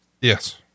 Yes